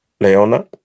Leona